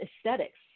aesthetics